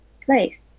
place